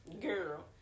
Girl